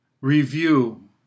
Review